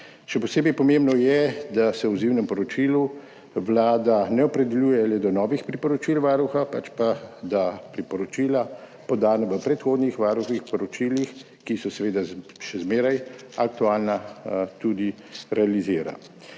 Še posebej pomembno je, da se v odzivnem poročilu Vlada ne opredeljuje le do novih priporočil Varuha, pač pa da priporočila, podana v predhodnih poročilih Varuha, ki so seveda še zmeraj aktualna, tudi realizira.